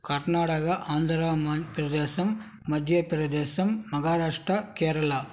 கர்நாடகா ஆந்திராமான் பிரதேசம் மத்திய பிரதேசம் மஹாராஷ்ட்ரா கேரளா